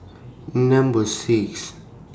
Number six